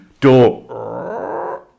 door